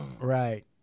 Right